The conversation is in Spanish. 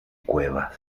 cuevas